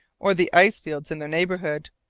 or the ice-fields in their neighbourhood.